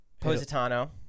Positano